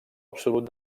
absolut